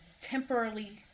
temporarily